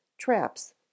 traps